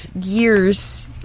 years